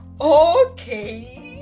okay